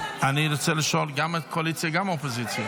אני רוצה לשאול גם את הקואליציה וגם את האופוזיציה,